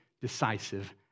decisive